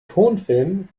tonfilm